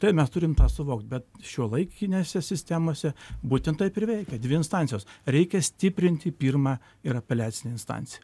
tai mes turim tą suvokt bet šiuolaikinėse sistemose būtent taip ir veikia dvi instancijos reikia stiprinti pirmą ir apeliacinę instanciją